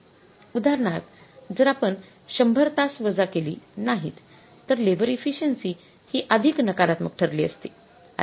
उदाहरणार्थ जर आपण १०० तास वजा केले नाहीत तर लेबर इफिसिएन्सी हि अधिक नकारात्मक ठरली असती